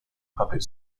public